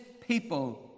people